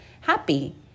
happy